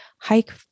hike